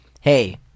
hey